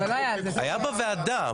היה שיח בוועדה.